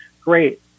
Great